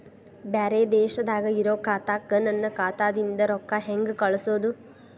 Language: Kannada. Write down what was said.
ಬ್ಯಾರೆ ದೇಶದಾಗ ಇರೋ ಖಾತಾಕ್ಕ ನನ್ನ ಖಾತಾದಿಂದ ರೊಕ್ಕ ಹೆಂಗ್ ಕಳಸೋದು?